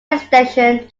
extension